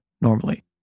normally